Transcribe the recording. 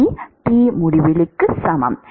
T T முடிவிலிக்கு சமம்